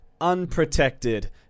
unprotected